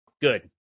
good